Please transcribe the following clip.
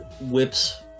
whips